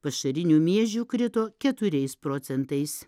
pašarinių miežių krito keturiais procentais